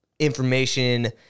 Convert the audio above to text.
information